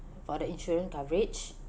for the insurance coverage